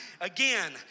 Again